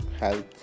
Health